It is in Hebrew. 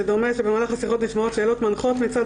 שדומה שבמהלך השיחות נשמעות שאלות מנחות מצד